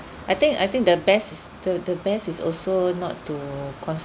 I think I think the best the the best is also not to